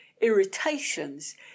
irritations